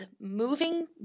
moving